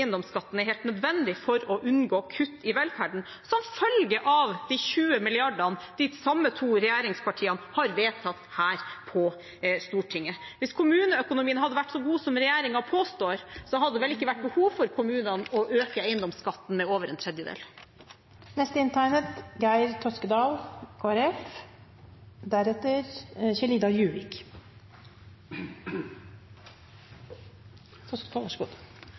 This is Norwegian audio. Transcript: eiendomsskatten er helt nødvendig for å unngå kutt i velferden, som følge av de 20 mrd. kr de samme to regjeringspartiene har vedtatt her på Stortinget. Hvis kommuneøkonomien hadde vært så god som regjeringen påstår, hadde det vel ikke vært behov for kommunene å øke eiendomsskatten med over en